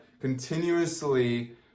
Continuously